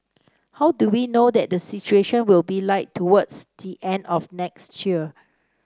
how do we know that the situation will be like towards the end of next year